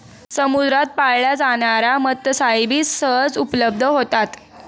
समुद्रात पाळल्या जाणार्या मत्स्यबीज सहज उपलब्ध होतात